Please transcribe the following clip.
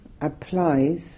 applies